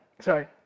sorry